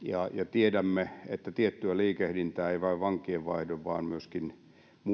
tiedämme että tiettyä liikehdintää ei vain vankienvaihdon vaan myöskin muun